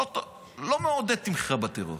לא מעודד תמיכה בטרור.